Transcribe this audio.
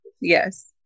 Yes